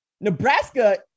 Nebraska